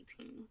18